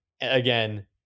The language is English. again